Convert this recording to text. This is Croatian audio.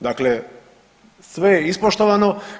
Dakle, sve je ispoštovano.